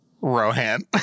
Rohan